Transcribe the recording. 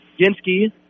Ginsky